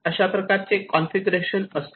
अशा प्रकारे कॉन्फिगरेशन असते